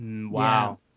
Wow